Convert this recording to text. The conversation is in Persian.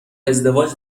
ازدواج